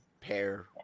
pair